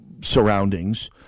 surroundings